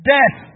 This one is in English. Death